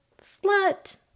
slut